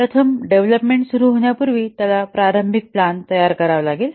प्रथम डेव्हलपमेंट सुरू होण्यापूर्वी त्याला प्रारंभिक प्लान तयार करावा लागेल